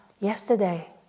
yesterday